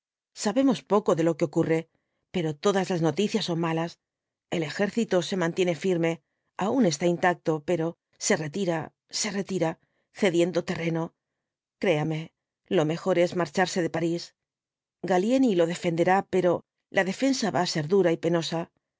sabemos poco de lo que ocurre pero todas las noticias son malas el ejército se mantiene firme aun está intacto pero se retira se retira cediendo terreno créame lo mejor es marcharse de parís gallieni lo defenderá pero la defensa va á ser dura y penosa